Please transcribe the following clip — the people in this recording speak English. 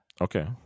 Okay